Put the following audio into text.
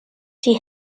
die